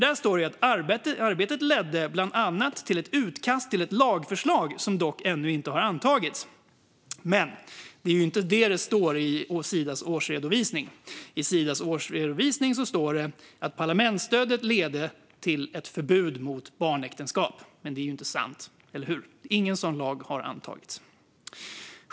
Där står det: "Arbetet ledde bland annat till ett utkast till ett lagförslag som dock ännu inte har antagits." Men det är inte det som står i Sidas årsredovisning. I Sidas årsredovisning står det att parlamentsstödet ledde till ett förbud mot barnäktenskap. Men det är ju inte sant, eller hur? Ingen sådan lag har antagits.